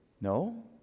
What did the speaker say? no